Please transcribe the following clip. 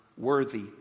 worthy